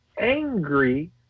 angry